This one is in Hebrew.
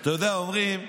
אתה יודע, אומרים,